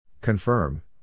Confirm